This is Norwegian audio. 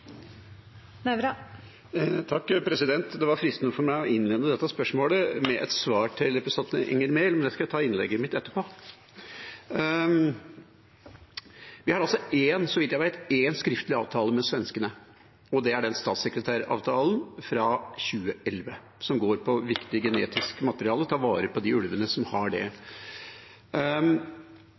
Det var fristende for meg å innlede dette spørsmålet med et svar til representanten Enger Mehl, men det skal jeg ta i innlegget mitt etterpå. Vi har altså, så vidt jeg vet, én skriftlig avtale med svenskene, og det er den statssekretæravtalen fra 2011, som går på viktig genetisk materiale og å ta vare på de ulvene som har det.